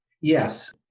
Yes